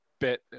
bit